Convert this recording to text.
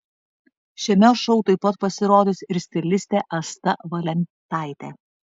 šiame šou taip pat pasirodys ir stilistė asta valentaitė